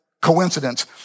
coincidence